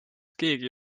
keegi